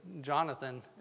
Jonathan